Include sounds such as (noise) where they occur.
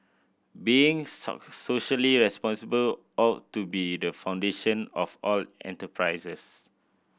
being (unintelligible) socially responsible ought to be the foundation of all the enterprises